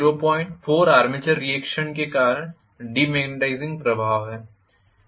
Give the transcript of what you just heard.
02 armature reaction के कारण demagnetising प्रभाव है